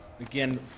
again